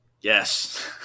Yes